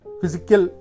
physical